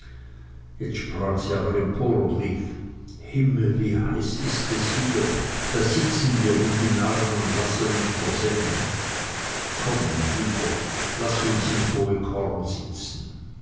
jetzt sprang sie aber empor und rief himmel wie heiß ist es hier da sitzen wir wie die narren und lassen uns versengen komm mein lieber laß uns ins hohe korn sitzen